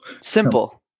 Simple